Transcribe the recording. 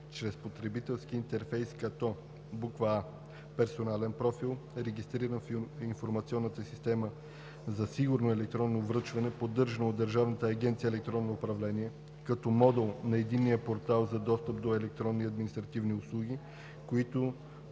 чрез потребителски интерфейс, като: а) персонален профил, регистриран в информационна система за сигурно електронно връчване, поддържана от Държавна агенция „Електронно управление“, като модул на Единния портал за достъп до електронни административни услуги, който